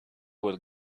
will